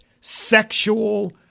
sexual